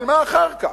אבל מה אחר כך?